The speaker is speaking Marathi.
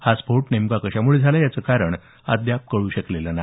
हा स्फोट कशामुळे झाला याचं कारण अद्याप कळू शकलं नाही